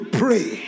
pray